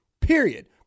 Period